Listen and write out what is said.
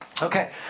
okay